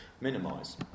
minimise